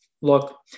Look